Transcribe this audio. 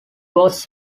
was